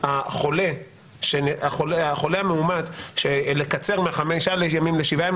חולה מאומת שרוצה לקצר משבעה ימים לחמישה ימים